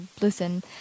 listen